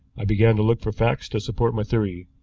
i began to look for facts to support my theory.